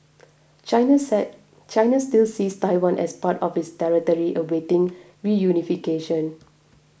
China said China still sees Taiwan as part of its territory awaiting reunification